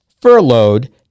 furloughed